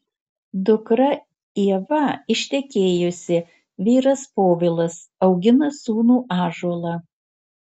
dukra ieva ištekėjusi vyras povilas augina sūnų ąžuolą